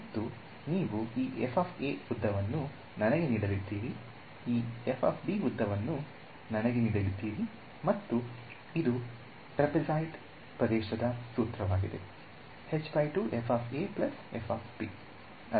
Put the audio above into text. ಮತ್ತು ನೀವು ಈ ಉದ್ದವನ್ನು ನನಗೆ ನೀಡಲಿದ್ದೀರಿ ಈ ಉದ್ದವನ್ನು ನನಗೆ ನೀಡಲಿದ್ದೀರಿ ಮತ್ತು ಇದು ಟ್ರೆಪೆಜಾಯಿಡ್ ಪ್ರದೇಶದ ಸೂತ್ರವಾಗಿದೆ ಸರಿ